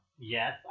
Yes